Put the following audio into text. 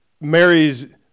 Mary's